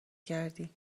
کردی